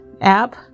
app